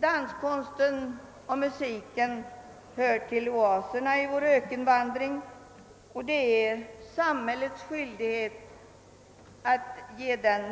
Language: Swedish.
Danskonsten och musiken hör till oaserna i vår ökenvandring, och det är samhällets skyldighet att ge sådan